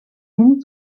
hin